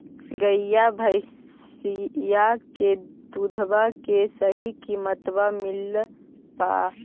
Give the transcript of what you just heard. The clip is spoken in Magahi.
गईया भैसिया के दूधबा के सही किमतबा मिल पा?